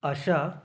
आशा